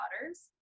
daughters